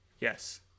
Yes